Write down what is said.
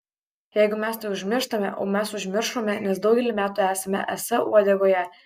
jeigu mes tai užmirštame o mes užmiršome nes daugelį metų esame es uodegoje